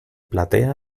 platea